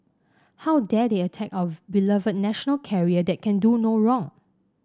how dare they attack our beloved national carrier that can do no wrong